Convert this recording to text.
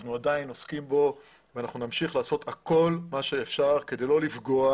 אנחנו עדיין עוסקים בו ואנחנו נמשיך לעשות כל מה שאפשר כדי לא לפגוע,